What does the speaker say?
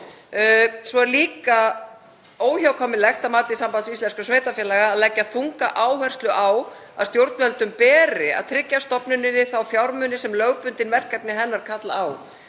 Svo er líka óhjákvæmilegt að mati Sambands íslenskra sveitarfélaga að leggja þunga áherslu á að stjórnvöldum beri að tryggja stofnuninni þá fjármuni sem lögbundin verkefni hennar kalla á.